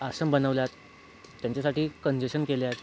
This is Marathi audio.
आश्रम बनवले आहेत त्यांच्यासाठी कंजेशन केले आहेत